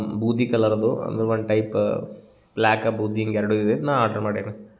ಬೂದಿ ಕಲರ್ದು ಅಂದ್ರೆ ಒಂದು ಟೈಪ್ ಬ್ಲ್ಯಾಕ ಬೂದಿ ಹಿಂಗ್ ಎರಡೂ ಇದ್ದಿದ್ದು ನಾ ಆರ್ಡ್ರ್ ಮಾಡೇನಿ